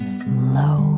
slow